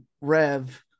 Rev